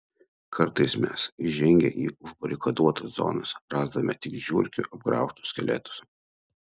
kartais mes įžengę į užbarikaduotas zonas rasdavome tik žiurkių apgraužtus skeletus